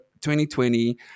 2020